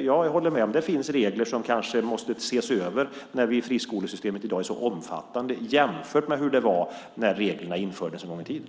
Jag håller med om att det finns regler som kanske måste ses över när friskolesystemet i dag är så omfattande jämfört med hur det var när reglerna infördes en gång i tiden.